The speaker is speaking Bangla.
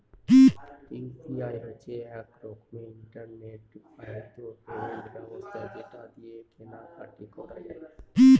ইউ.পি.আই হচ্ছে এক রকমের ইন্টারনেট বাহিত পেমেন্ট ব্যবস্থা যেটা দিয়ে কেনা কাটি করা যায়